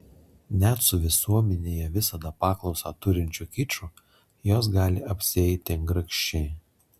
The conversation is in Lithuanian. net su visuomenėje visada paklausą turinčiu kiču jos gali apsieiti grakščiai